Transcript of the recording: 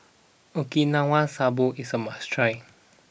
Okinawa Soba is a must try